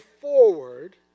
forward